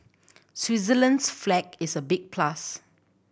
Switzerland's flag is a big plus